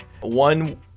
One